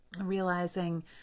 realizing